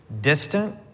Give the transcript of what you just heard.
distant